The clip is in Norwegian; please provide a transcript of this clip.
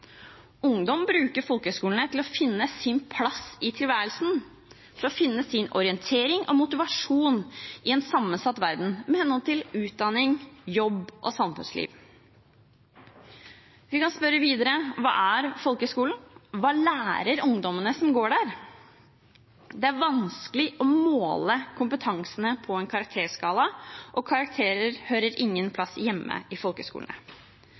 Ungdom bruker folkehøgskolene til å finne sin plass i tilværelsen, til å finne sin orientering og motivasjon i en sammensatt verden med hensyn til jobb, utdanning og samfunnsliv. Vi kan videre spørre: Hva er folkehøgskolen? Hva lærer ungdommene som går der? Det er vanskelig å måle kompetansen på en karakterskala, og karakterer hører ingen plass hjemme i